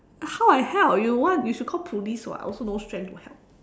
how I help you want you should call police [what] I also no strength to help